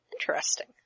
Interesting